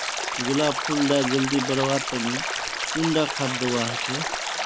गुलाब फुल डा जल्दी बढ़वा तने कुंडा खाद दूवा होछै?